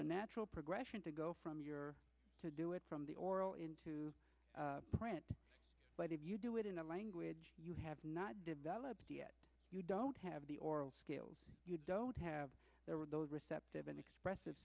a natural progression to go from your to do it from the oral into print but if you do it in a language you have not developed yet you don't have the oral skills you don't have there were those receptive and expressive